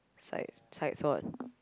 side side thought